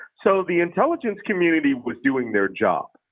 so the intelligence community was doing their job.